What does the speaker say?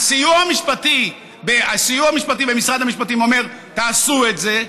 הסיוע המשפטי במשרד המשפטים אומר: תעשו את זה.